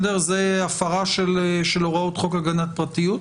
זו הפרה של חוק הגנת הפרטיות,